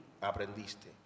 aprendiste